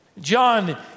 John